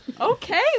Okay